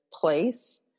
place